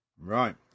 Right